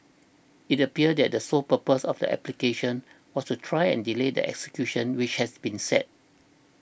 it appeared that the sole purpose of the applications was to try and delay the execution which has been set